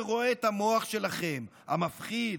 / ורואה את המוח שלכם, המפחיד.